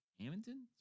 Hamilton